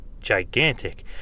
gigantic